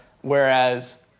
whereas